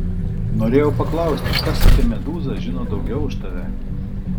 norėjau paklausti kas apie medūzą žino daugiau už tave